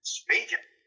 speaking